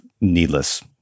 needless